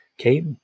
okay